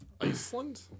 Iceland